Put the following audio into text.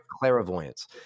clairvoyance